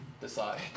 decide